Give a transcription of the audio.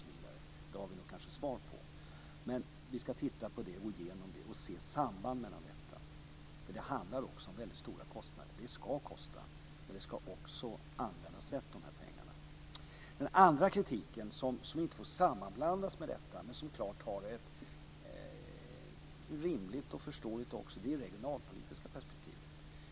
Det har vi kanske svar på, men vi ska titta på det, gå igenom det och se på sambanden. Det handlar nämligen om väldigt stora kostnader. Det ska kosta, men pengarna ska också användas rätt. Den andra kritiken, som inte får sammanblandas med detta men som helt klart också är rimlig och förståelig, gäller det regionalpolitiska perspektivet.